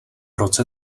roce